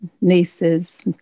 nieces